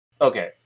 okay